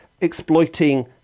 exploiting